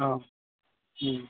औ